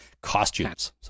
costumes